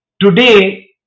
Today